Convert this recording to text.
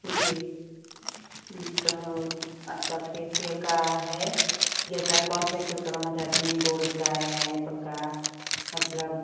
जी तो आपका फेसियल का है जैसा कौन फेसियल करवाना चाहती हैं गोल्ड का या एप्पल का मतलब